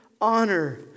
honor